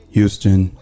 Houston